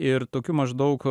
ir tokiu maždaug